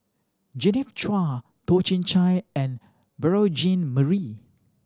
Genevieve Chua Toh Chin Chye and Beurel Jean Marie